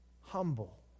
humble